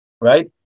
right